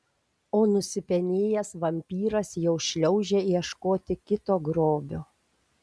o nusipenėjęs vampyras jau šliaužia ieškoti kito grobio